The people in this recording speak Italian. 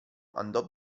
andò